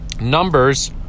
numbers